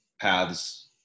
paths